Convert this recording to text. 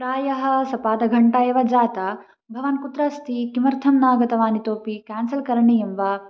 प्रायः सपादघण्टा एव जाता भवान् कुत्र अस्ति किमर्थं नागतवान् इतोऽपि क्यान्सल् करणीयं वा